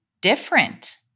different